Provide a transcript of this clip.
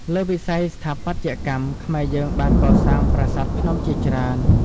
លើវិស័យស្ថាបត្យកម្ម ខ្មែរយើងបានកសាងប្រាសាទភ្នំជាច្រើន។